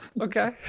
okay